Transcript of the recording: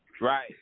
right